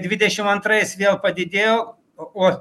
dvidešimt antrais vėl padidėjo o